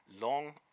long